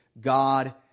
God